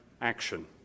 action